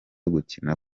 gukina